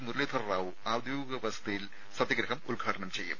മുരളീധർ റാവു ഔദ്യോഗിക വസതിയിൽ സത്യഗ്രഹം ഉദ്ഘാടനം ചെയ്യും